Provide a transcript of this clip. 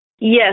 Yes